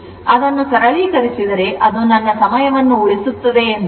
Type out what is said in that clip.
ಆದ್ದರಿಂದ ಸರಳೀಕರಿಸಿದರೆ ಅದು ನನ್ನ ಸಮಯವನ್ನು ಉಳಿಸುತ್ತದೆ ಎಂದು ತಿಳಿದಿದೆ